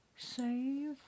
Save